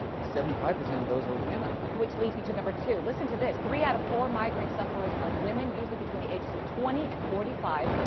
seventy five percent of those are women. which leads me to two. listen to this. three out of four migraine sufferers are women, usually between the ages of twenty and forty five.